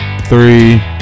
three